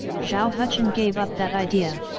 zhao hucheng gave up that idea.